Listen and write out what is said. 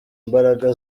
imbaraga